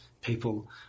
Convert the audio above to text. people